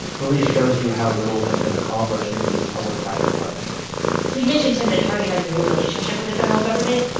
really shows you how little has been accomplished in these public-private partnerships so you mentioned, tim, that target has no relationship with the federal government.